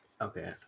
Okay